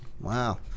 Wow